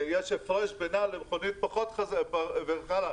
יש הפרש בינה לבין מכונית פחות חזקה וכך האלה,